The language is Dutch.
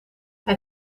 hij